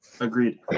agreed